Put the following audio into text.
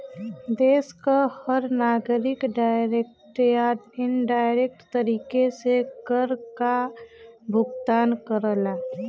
देश क हर नागरिक डायरेक्ट या इनडायरेक्ट तरीके से कर काभुगतान करला